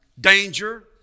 danger